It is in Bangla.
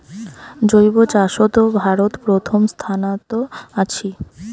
জৈব চাষত ভারত প্রথম স্থানত আছি